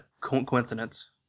coincidence